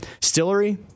Stillery